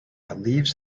leaves